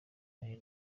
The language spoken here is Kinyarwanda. hari